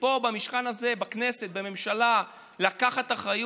פה במשכן הזה, בכנסת, בממשלה, לקחת אחריות,